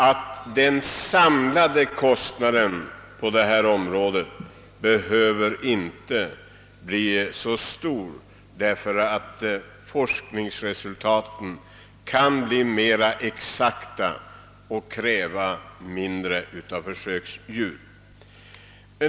Men den samlade kostnaden behöver inte bli så stor, eftersom forskningsresultaten ur vetenskaplig synpunkt kan bli mera exakta med utnyttjande av färre försöksdjur.